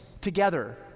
together